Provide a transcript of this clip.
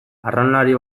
arraunlari